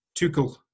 Tuchel